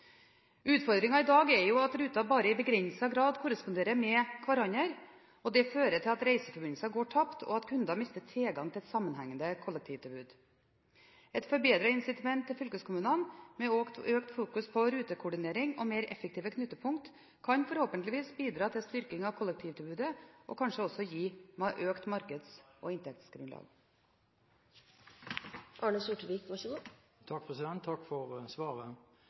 i dag er at ruter bare i begrenset grad korresponderer med hverandre, og det fører til at reiseforbindelser går tapt, og at kunder mister tilgangen til et sammenhengende kollektivtilbud. Et forbedret insitament til fylkeskommunene med økt fokus på rutekoordinering og mer effektive knutepunkt kan forhåpentligvis bidra til styrking av kollektivtilbudet og kanskje også gi økt markeds- og inntektsgrunnlag. Takk for svaret. Det forholder seg jo slik at kollektivtransporten på vei skal ut på anbud. Det mener for